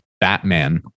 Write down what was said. Batman